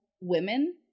women